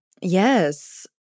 Yes